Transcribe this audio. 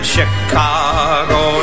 Chicago